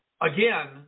again